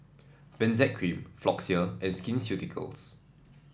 Benzac Cream Floxia and Skin Ceuticals